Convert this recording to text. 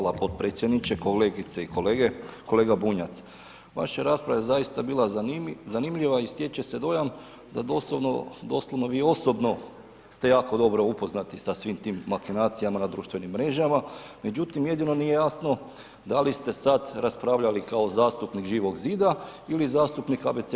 Hvala potpredsjedniče, kolegice i kolege, kolega Bunjac vaša rasprava je zaista bila zanimljiva i stječe se dojam da doslovno, doslovno vi osobno ste jako dobro upoznati sa svim tim makinacijama na društvenim mrežama, međutim jedino nije jasno da li ste sad raspravljali kao zastupnik Živog zida ili zastupnik Abecede demokracije.